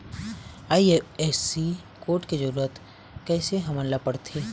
IFSC code के जरूरत कैसे हमन ला पड़थे?